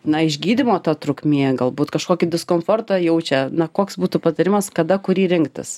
na išgydymo to trukmė galbūt kažkokį diskomfortą jaučia na koks būtų patarimas kada kurį rinktis